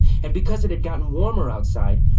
and because it had gotten warmer outside,